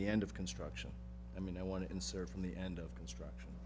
the end of construction i mean i want to insert from the end of construct